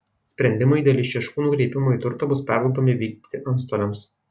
sprendimai dėl išieškų nukreipimo į turtą bus perduodami vykdyti antstoliams